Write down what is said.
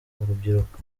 urubyiruko